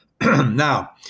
Now